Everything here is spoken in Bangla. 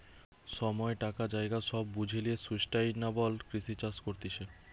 সময়, টাকা, জায়গা সব বুঝে লিয়ে সুস্টাইনাবল কৃষি চাষ করতিছে